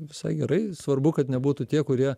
visai gerai svarbu kad nebūtų tie kurie